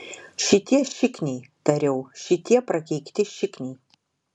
šitie šikniai tariau šitie prakeikti šikniai